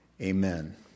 amen